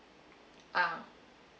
ah